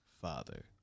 father